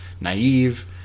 naive